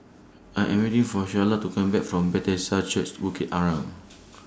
I Am waiting For Shayla to Come Back from Bethesda Church Bukit Arang